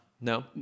no